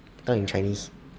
talk in chinese